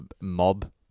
mob